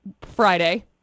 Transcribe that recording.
Friday